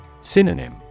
Synonym